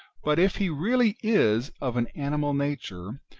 but if he really is of an animal nature,